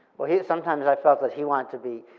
well, he sometimes i felt that he wanted to be.